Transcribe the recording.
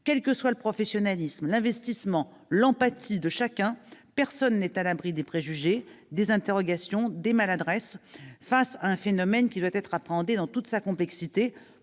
Quels que soient le professionnalisme, l'investissement et l'empathie dont chacun fait preuve, nul n'est à l'abri des préjugés, des interrogations ou des maladresses face à un phénomène qui doit être appréhendé dans toute sa complexité